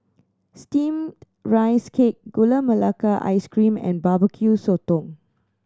Steamed Rice Cake Gula Melaka Ice Cream and Barbecue Sotong